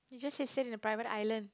you just said sit in a private island